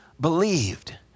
believed